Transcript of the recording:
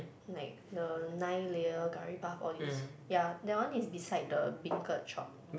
like the nine layer curry puff all these yeah that one is beside the beancurd shop